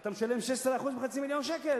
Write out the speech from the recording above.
אתה משלם 16% מחצי מיליון שקל,